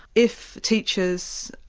if teachers,